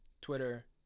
Twitter